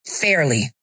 fairly